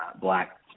black